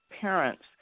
parents